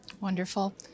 Wonderful